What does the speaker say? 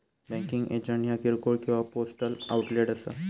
banking agent ह्या किरकोळ किंवा पोस्टल आउटलेट असा